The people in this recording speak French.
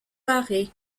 carré